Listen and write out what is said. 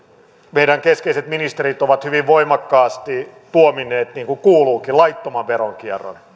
meidän keskeiset ministerimme ovat hyvin voimakkaasti tuominneet niin kuin kuuluukin laittoman veronkierron